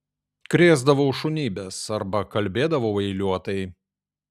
krėsdavau šunybes arba kalbėdavau eiliuotai